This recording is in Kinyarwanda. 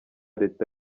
leta